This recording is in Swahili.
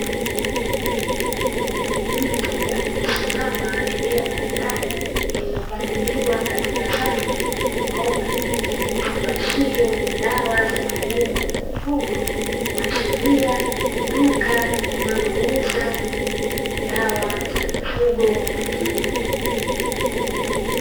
Mtu aliyesimama eneo la ndani, lililopangiliwa katika safu zilizonyooka zenye vifungashio vya dawa za kilimo na mifugo, kuashiria ni duka linalouza dawa za mifugo na kilimo .